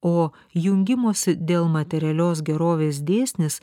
o jungimosi dėl materialios gerovės dėsnis